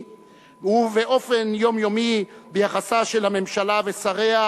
ובאופן יומיומי ביחסם של הממשלה ושריה,